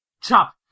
Chop